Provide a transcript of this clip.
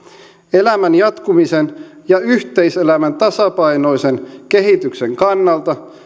elämän jatkumisen ja yhteiselämän tasapainoisen kehityksen kannalta